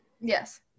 Yes